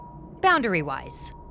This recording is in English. Boundary-wise